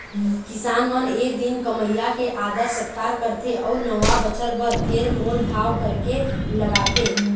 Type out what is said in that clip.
किसान मन ए दिन कमइया के आदर सत्कार करथे अउ नवा बछर बर फेर मोल भाव करके लगाथे